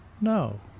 no